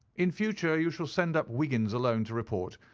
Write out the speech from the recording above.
in future you shall send up wiggins alone to report,